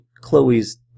Chloe's